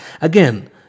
Again